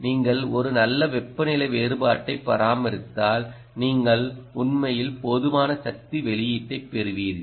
நீங்கள் ஒரு நல்ல வெப்பநிலை வேறுபாட்டைப் பராமரித்தால் நீங்கள் உண்மையில் போதுமான சக்தி வெளியீட்டைப் பெறுவீர்கள்